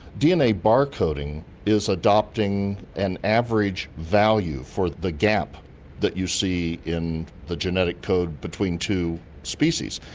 dna bar-coding is adopting an average value for the gap that you see in the genetic code between two species,